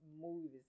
movies